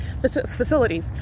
facilities